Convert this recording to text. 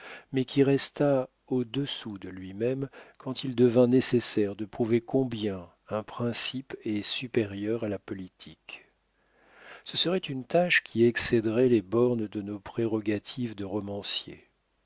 mais qui resta au-dessous de lui-même quand il devint nécessaire de prouver combien un principe est supérieur à la politique ce serait une tâche qui excéderait les bornes de nos prérogatives de romancier